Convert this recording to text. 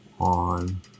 on